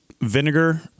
vinegar